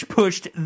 pushed